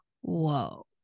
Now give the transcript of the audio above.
whoa